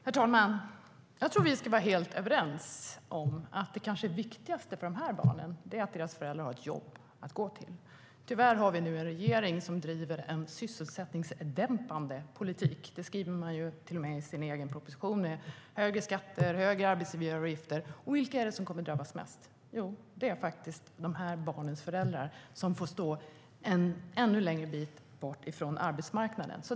Fru talman! Jag tror att vi ska vara helt överens om att det kanske viktigaste för de här barnen är att deras föräldrar har ett jobb att gå till. Tyvärr har vi nu en regering som driver en sysselsättningsdämpande politik - det skriver man till och med i sin egen proposition - med högre skatter och avgifter, och vilka är det som kommer att drabbas mest? Jo, det är faktiskt de här barnens föräldrar, som får stå en ännu längre bit från arbetsmarknaden.